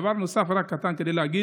דבר קטן נוסף: